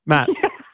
Matt